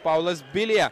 paulas bilija